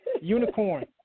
Unicorn